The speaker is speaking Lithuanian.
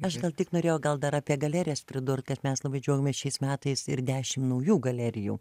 aš gal tik norėjau gal dar apie galerijas pridurt kad mes labai džiaugiamės šiais metais ir dešim naujų galerijų